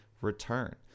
return